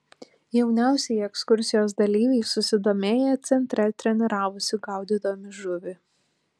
jauniausieji ekskursijos dalyviai susidomėję centre treniravosi gaudydami žuvį